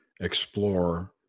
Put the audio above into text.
explore